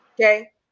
Okay